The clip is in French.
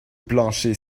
plancher